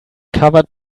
covered